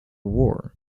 war